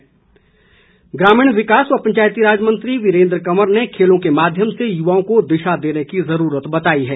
वीरेन्द्र कंवर ग्रामीण विकास मंत्री वीरेन्द्र कंवर ने खेलों के माध्यम से युवाओं को दिशा देने की जरूरत बताई है